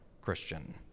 Christian